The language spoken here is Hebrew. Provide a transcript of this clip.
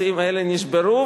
השיאים האלה נשברו.